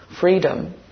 freedom